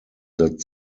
that